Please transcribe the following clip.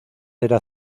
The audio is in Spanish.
era